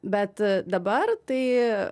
bet dabar tai